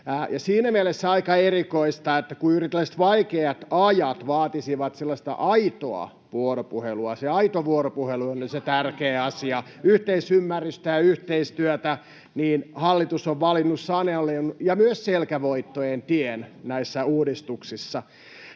siinä mielessä on aika erikoista, että kun juuri tällaiset vaikeat ajat vaatisivat sellaista aitoa vuoropuhelua — se aito vuoropuhelu on se tärkein asia — yhteisymmärrystä ja yhteistyötä, niin hallitus on valinnut sanelun ja myös selkävoittojen tien näissä uudistuksissa.